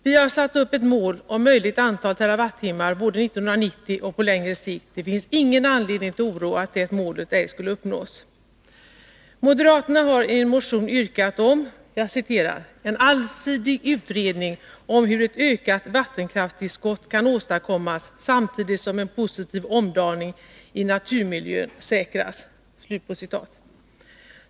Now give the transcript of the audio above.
Vi har satt upp ett mål om möjligt antal terawattimmar både 1990 och på längre sikt. Det finns ingen anledning till oro att det målet inte skall uppnås. Moderaterna har i en motion begärt ”en allsidig utredning om hur ett ökat vattenkraftstillskott bäst kan åstadkommas samtidigt som en positiv omdaning av naturmiljön säkras”.